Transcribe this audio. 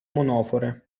monofore